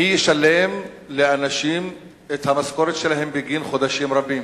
מי ישלם לאנשים את המשכורת שלהם בגין חודשים רבים?